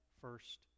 first